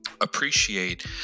appreciate